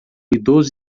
idoso